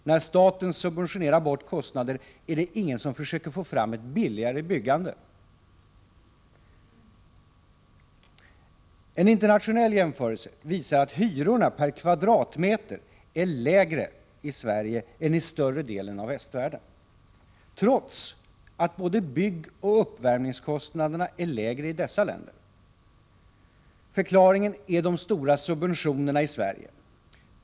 När staten subventionerar bort kostnader är det ingen som försöker få fram ett billigare byggande. En internationell jämförelse visar att hyrorna per kvadratmeter är lägre i Sverige än i större delen av västvärlden trots att både byggoch uppvärmningskostnaderna är lägre i dessa länder. Förklaringen är de stora subventionerna i Sverige.